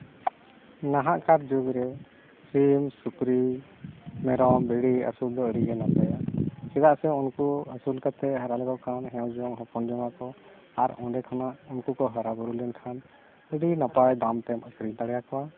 ᱱᱟᱦᱟᱜᱠᱟᱨ ᱡᱩᱜᱽ ᱨᱮ ᱥᱤᱢ ᱥᱩᱠᱨᱤ ᱢᱮᱨᱚᱢ ᱵᱷᱤᱲᱤ ᱟᱹᱥᱩᱞ ᱫᱚ ᱟᱹᱰᱤᱜᱮ ᱱᱟᱯᱟᱭᱟ ᱪᱮᱫᱟᱜ ᱥᱮ ᱩᱱᱠᱩ ᱟᱹᱥᱩᱞ ᱠᱟᱛᱮᱫ ᱦᱟᱨᱟ ᱞᱮᱠᱚ ᱠᱷᱟᱱ ᱦᱮᱣ ᱡᱚᱭ ᱦᱚᱯᱚᱱ ᱡᱚᱝ ᱟᱠᱚ ᱟᱨ ᱚᱸᱰᱮ ᱠᱷᱚᱱᱟᱜ ᱩᱱᱠᱩ ᱠᱚ ᱦᱟᱨᱟ ᱵᱩᱨᱩ ᱞᱮᱱᱠᱷᱟᱱ ᱟᱹᱰᱤ ᱱᱟᱯᱟᱭ ᱫᱟᱢᱛᱮᱢ ᱟᱹᱠᱷᱨᱤᱧ ᱫᱟᱲᱮᱭᱟᱠᱚᱣᱟ